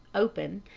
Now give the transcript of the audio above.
open,